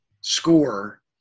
score